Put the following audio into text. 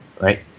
right